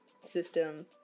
system